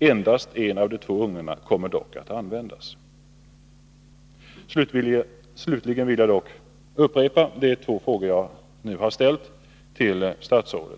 Endast en av de två ugnarna kommer dock att användas. Slutligen vill jag upprepa de två frågor jag nu har ställt till statsrådet.